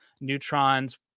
neutrons